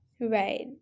right